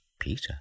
Peter